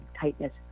tightness